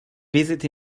visit